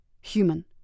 Human